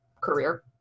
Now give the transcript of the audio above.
career